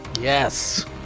Yes